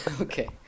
Okay